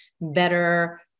better